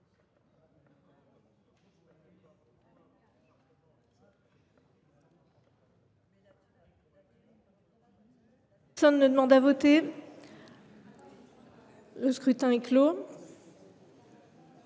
Personne ne demande plus à voter ?… Le scrutin est clos.